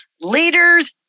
Leaders